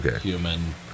human